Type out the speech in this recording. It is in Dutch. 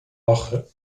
lachen